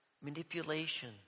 manipulation